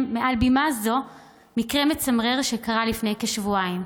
מעל בימה זו מקרה מצמרר שקרה לפני כשבועיים.